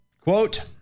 quote